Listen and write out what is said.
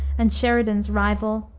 and sheridan's rival,